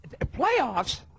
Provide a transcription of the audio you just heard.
Playoffs